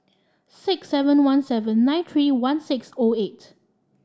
six seven one seven nine three one six O eight